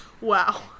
wow